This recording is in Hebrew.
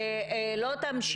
בהקדם.